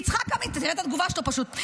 תראה את התגובה שלו פשוט.